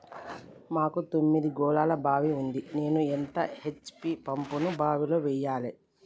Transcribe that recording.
మాకు తొమ్మిది గోళాల బావి ఉంది నేను ఎంత హెచ్.పి పంపును బావిలో వెయ్యాలే?